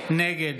נגד